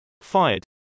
fired